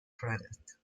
credit